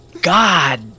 god